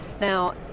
Now